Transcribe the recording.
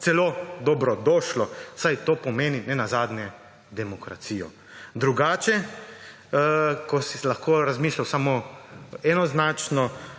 celo dobrodošlo, saj to pomeni nenazadnje demokracijo. Drugače, ko si lahko razmišljal sam enoznačno,